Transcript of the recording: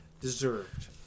deserved